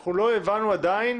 אנחנו לא הבנו עדיין